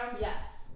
Yes